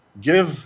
give